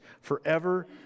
forever